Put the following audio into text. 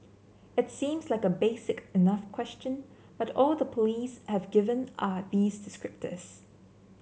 it seems like a basic enough question but all the police have given are these descriptors